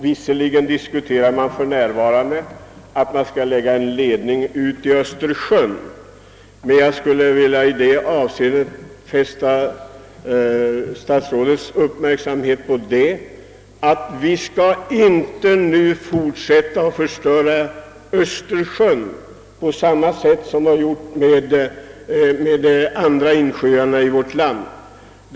Visserligen diskuterar man för närvarande att dra en avloppsledning ut i Östersjön, men jag skulle vilja framhålla för statsrådet att vi inte bör fortsätta att förstöra Östersjön på samma sätt som vi förstört insjöarna i vårt land.